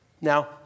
Now